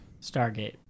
Stargate